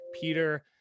Peter